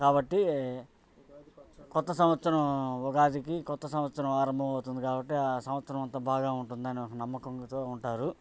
కాబట్టి కొత్త సంవత్సరం ఉగాదికి కొత్త సంవత్సరం ఆరంభం అవుతుంది కాబట్టి ఆ సంవత్సరం అంతా బాగా ఉంటుందని ఒక నమ్మకంతో ఉంటారు